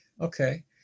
Okay